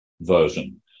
version